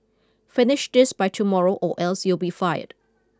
finish this by tomorrow or else you'll be fired